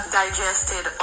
digested